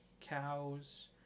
cows